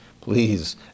please